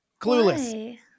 Clueless